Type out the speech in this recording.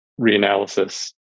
reanalysis